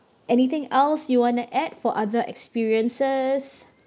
anything else you want to add for other experiences